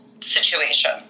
situation